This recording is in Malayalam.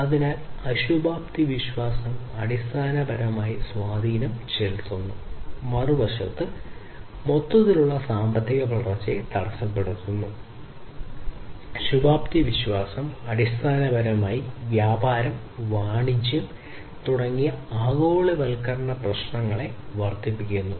അതിനാൽ അശുഭാപ്തിവിശ്വാസം അടിസ്ഥാനപരമായി സ്വാധീനം ചെലുത്തുന്നു മറുവശത്ത് മൊത്തത്തിലുള്ള സാമ്പത്തിക വളർച്ചയെ തടസ്സപ്പെടുത്തുന്നു മറുവശത്ത് ശുഭാപ്തിവിശ്വാസം അടിസ്ഥാനപരമായി വ്യാപാരം വാണിജ്യം തുടങ്ങിയ ആഗോളവൽക്കരണ പ്രശ്നങ്ങൾ വർദ്ധിപ്പിക്കുന്നു